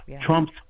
Trump's